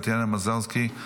טטיאנה מזרסקי,